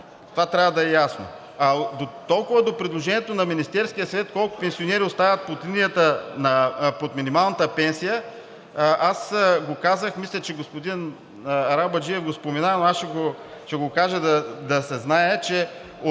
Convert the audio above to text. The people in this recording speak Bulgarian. Това трябва да е ясно! Дотолкова до предложението на Министерския съвет колко пенсионери остават под минималната пенсия, аз го казах, мисля, че господин Арабаджиев го спомена, но ще го кажа да се знае, че